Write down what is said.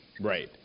Right